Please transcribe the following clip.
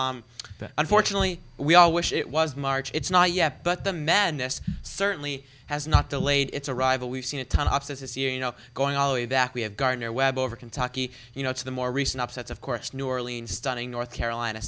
but unfortunately we all wish it was march it's not yet but the menace certainly has not delayed its arrival we've seen a ton of abscesses you know going all the way that we have gardner webb over kentucky you know to the more recent upsets of course new orleans stunning north carolina